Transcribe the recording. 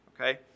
Okay